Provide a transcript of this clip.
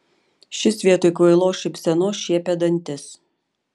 šis vietoj kvailos šypsenos šiepė dantis